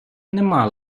немає